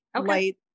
light